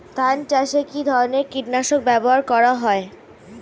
ধান চাষে কী ধরনের কীট নাশক ব্যাবহার করা হয়?